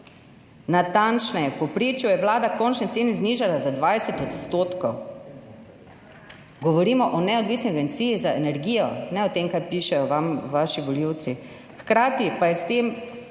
Natančneje, v povprečju je vlada končne cene znižala za 20 %. Govorimo o neodvisni Agenciji za energijo, ne o tem, kaj pišejo vaši volivci. Hkrati pa se je s tem